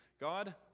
God